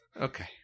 Okay